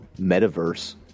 metaverse